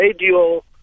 radio